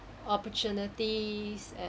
opportunities and